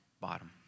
bottom